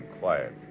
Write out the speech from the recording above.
quiet